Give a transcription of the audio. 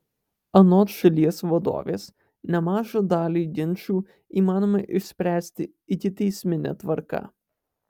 anot šalies vadovės nemažą dalį ginčų įmanoma išspręsti ikiteismine tvarka